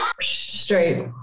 straight